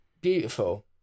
beautiful